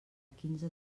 quinze